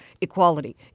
equality